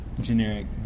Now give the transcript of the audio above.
generic